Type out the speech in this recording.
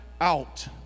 out